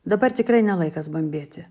dabar tikrai ne laikas bambėti